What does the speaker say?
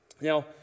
Now